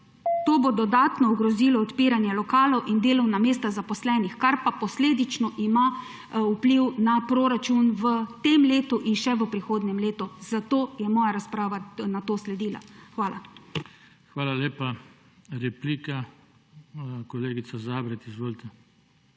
To bo dodatno ogrozilo odpiranje lokalov in delovna mesta zaposlenih.« Kar pa posledično ima vpliv na proračun v tem letu in še v prihodnjem letu, zato je moja razprava na to sledila. Hvala. **PODPREDSEDNIK JOŽE TANKO:** Hvala lepa. Replika, kolegica Zabret. Izvolite.